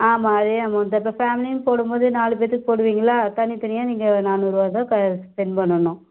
ஆமாம் அதே அமௌண்ட் தான் இப்போ ஃபேமிலின்னு போடும்போது நாலு பேர்த்துக்கு போடுவீங்களா தனித்தனியாக நீங்கள் நானூறுபா தான் இப்போ செண்ட் பண்ணணும்